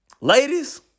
Ladies